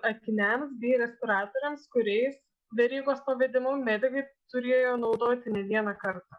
akiniams bei respiratoriams kuriais verygos pavedimu medikai turėjo naudoti ne vieną kartą